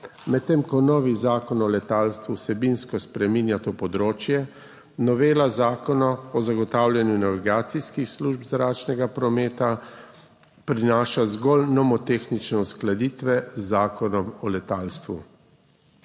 Medtem ko novi zakon o letalstvu vsebinsko spreminja to področje, novela Zakona o zagotavljanju navigacijskih služb zračnega prometa prinaša zgolj nomotehnične uskladitve z Zakonom o letalstvu.